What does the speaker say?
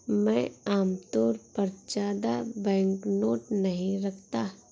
मैं आमतौर पर ज्यादा बैंकनोट नहीं रखता